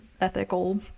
ethical